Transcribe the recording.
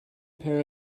pair